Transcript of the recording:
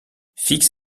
fix